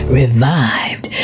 revived